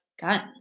guns